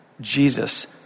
Jesus